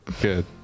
Good